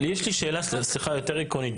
יש לי שאלה יותר עקרונית,